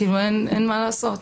אין מה לעשות,